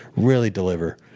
really deliver.